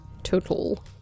Total